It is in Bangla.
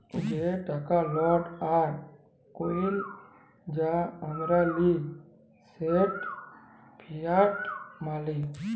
যে টাকা লট আর কইল যা আমরা লিই সেট ফিয়াট মালি